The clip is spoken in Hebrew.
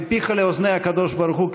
מפיך לאוזני הקדוש ברוך הוא,